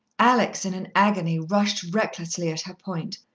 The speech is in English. alex, in an agony, rushed recklessly at her point.